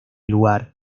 lugar